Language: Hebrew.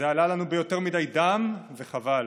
זה עלה לנו פה ביותר מדי דם, וחבל.